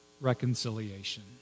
reconciliation